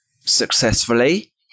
successfully